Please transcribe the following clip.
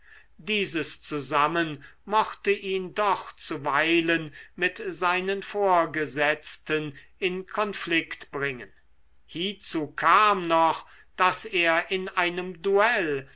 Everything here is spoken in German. dieses zusammen mochte ihn doch zuweilen mit seinen vorgesetzten in konflikt bringen hiezu kam noch daß er in einem duell